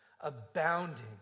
abounding